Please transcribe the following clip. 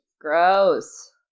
Gross